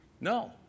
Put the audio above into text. No